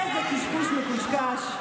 איזה קשקוש מקושקש.